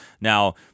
now